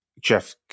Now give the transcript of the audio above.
jeff